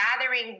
gathering